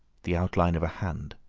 the outline of a hand,